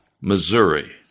Missouri